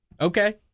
Okay